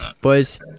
boys